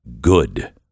good